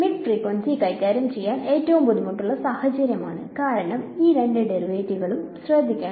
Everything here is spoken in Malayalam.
മിഡ് ഫ്രീക്വൻസി കൈകാര്യം ചെയ്യാൻ ഏറ്റവും ബുദ്ധിമുട്ടുള്ള സാഹചര്യമാണ് കാരണം ഈ രണ്ട് ഡെറിവേറ്റീവുകളും ശ്രദ്ധിക്കണം